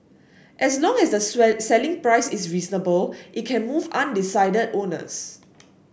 as long as the selling price is reasonable it can move undecided owners